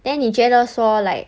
then 你觉得说 like